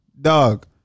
Dog